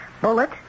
bullet